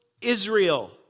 Israel